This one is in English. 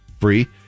free